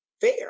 fair